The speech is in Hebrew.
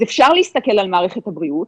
אז אפשר להסתכל על מערכת הבריאות,